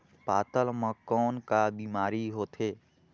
पातल म कौन का बीमारी होथे?